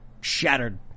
shattered